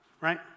Right